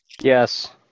Yes